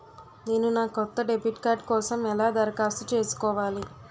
నేను నా కొత్త డెబిట్ కార్డ్ కోసం ఎలా దరఖాస్తు చేసుకోవాలి?